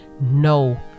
no